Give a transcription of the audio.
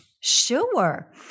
Sure